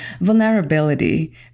vulnerability